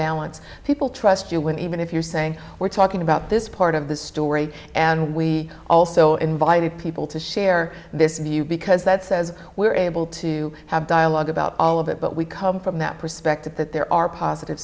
balance people trust you when even if you're saying we're talking about this part of the story and we also invited people to share this view because that says we're able to have dialogue about all of it but we come from that perspective that there are positive